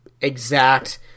exact